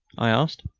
i asked.